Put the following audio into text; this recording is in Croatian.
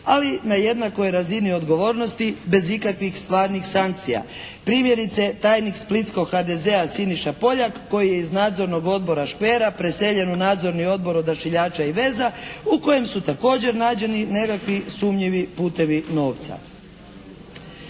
ali na jednakoj razini odgovornosti bez ikakvih stvarnih sankcija. Primjerice tajnik splitskog HDZ-a Siniša Poljak koji je iz Nadzornog odbora Škvera preseljen u Nadzorni odbor Odašiljača i veza u kojem su također nađeni nekakvi sumnjivi putevi novca.